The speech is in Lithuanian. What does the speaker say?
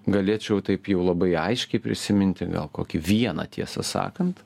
galėčiau taip jau labai aiškiai prisiminti gal kokį vieną tiesą sakant